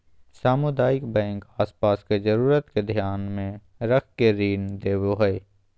सामुदायिक बैंक आस पास के जरूरत के ध्यान मे रख के ऋण देवो हय